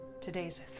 today's